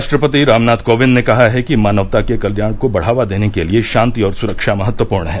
राष्ट्रपति रामनाथ कोविंद ने कहा है कि मानवता के कल्याण को बढ़ावा देने के लिए शांति और सुरक्षा महत्वपूर्ण हैं